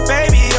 Baby